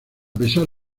pesar